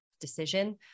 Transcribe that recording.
decision